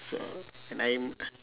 so and I'm uh